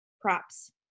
props